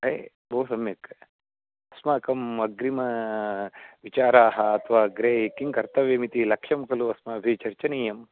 हे बहु सम्यक् अस्माकम् अग्रिमः विचाराः अथवा अग्रे किं कर्तव्यम् इति लक्ष्यं खलु अस्माभिः चर्चनीयम्